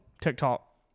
TikTok